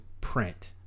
print